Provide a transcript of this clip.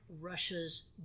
Russia's